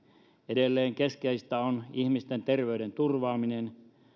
edelleen keskeistä on ihmisten terveyden turvaaminen